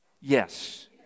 Yes